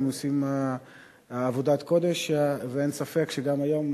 הם עושים עבודת קודש, ואין ספק שגם היום,